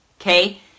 okay